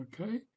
Okay